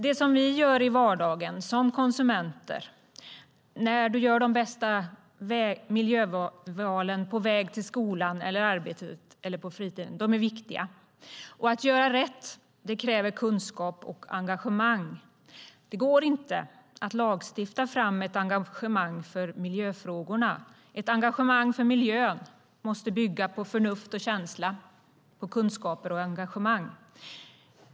Det vi gör i vardagen - som konsumenter när vi gör de bästa miljövalen, på väg till skolan eller arbetet och på fritiden - är viktigt. Att göra rätt kräver kunskap och engagemang. Det går inte att lagstifta fram ett engagemang för miljöfrågorna. Ett engagemang för miljön måste bygga på förnuft och känsla, på kunskaper och engagemang.